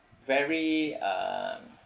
very uh